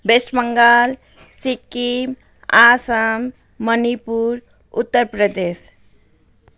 West Bengal Sikkim Assam Manipur Uttar Pradesh